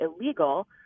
illegal